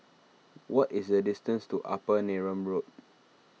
what is the distance to Upper Neram Road